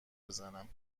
بزنم